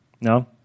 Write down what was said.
No